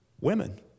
women